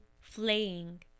Flaying